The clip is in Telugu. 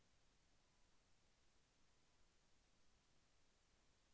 గృహ ఋణం వల్ల ఉపయోగం ఏమి?